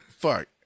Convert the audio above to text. Fuck